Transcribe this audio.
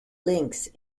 links